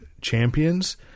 champions